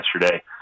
yesterday